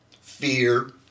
Fear